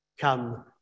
Come